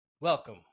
welcome